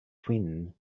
twin